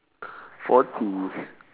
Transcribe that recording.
forty